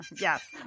Yes